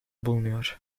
bulunuyor